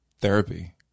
therapy